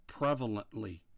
prevalently